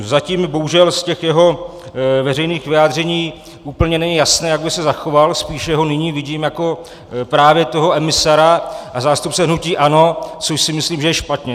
Zatím mi bohužel z jeho veřejných vyjádření úplně není jasné, jak by se zachoval, spíše ho nyní vidím jako právě toho emisara a zástupce hnutí ANO, což si myslím, že je špatně.